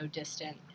distant